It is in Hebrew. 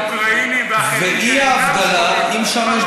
האוקראינים והאחרים אם שם יש